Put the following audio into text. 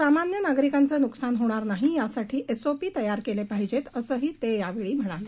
सामान्य नागरिकांचं नुकसान होणार नाही यासाठी एसओपी तयार केले पाहिजेत असं ते यावेळी म्हणाले